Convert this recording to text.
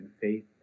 faith